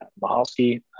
Mahalski